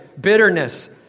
bitterness